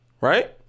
right